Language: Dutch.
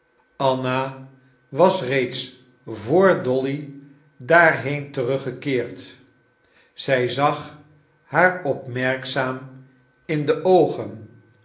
anna was reeds vr dolly daarheen teruggekeerd zij zag haar opmerkzaam in de oogen